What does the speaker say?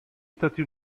stati